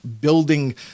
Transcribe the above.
building